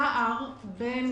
הפער בין